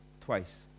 twice